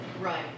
Right